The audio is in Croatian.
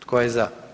Tko je za?